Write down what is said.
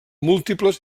múltiples